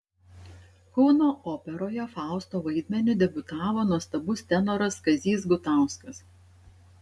kauno operoje fausto vaidmeniu debiutavo nuostabus tenoras kazys gutauskas